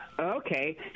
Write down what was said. Okay